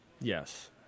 yes